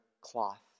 cloth